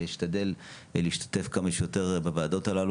אני אשתדל להשתתף כמה שיותר בישיבות של הוועדה,